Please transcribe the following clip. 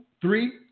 three